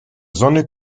sonne